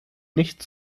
nicht